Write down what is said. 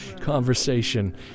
conversation